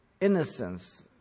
innocence